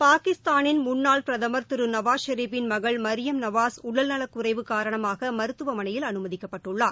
பாகிஸ்தானின் முன்னாள் பிரதமர் திரு நவாஸ் ஷெரீப்பின் மகள் மரியம் நவாஸ் உடல் நலக் குறைவு காரணமாக மருத்துவமனையில் அனுமதிக்கப்பட்டுள்ளார்